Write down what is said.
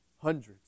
hundreds